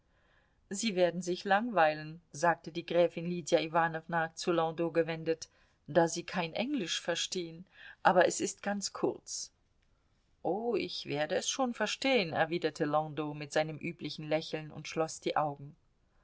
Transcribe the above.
sie werden sich langweilen sagte die gräfin lydia iwanowna zu landau gewendet da sie kein englisch verstehen aber es ist ganz kurz oh ich werde es schon verstehen erwiderte landau mit seinem üblichen lächeln und schloß die augen